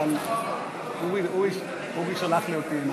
אדוני היושב-ראש, הכול פופוליסטי.